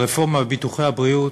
הרפורמה בביטוחי הבריאות,